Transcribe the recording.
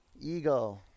eagle